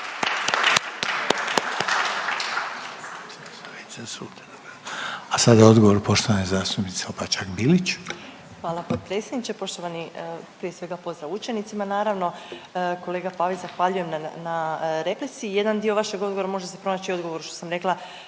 Hvala poštovani potpredsjedniče, poštovani prije svega pozdrav učenicima naravno. Kolega Pavić zahvaljujem na replici. Jedan dio vašeg odgovora može se pronaći u odgovoru što sam rekla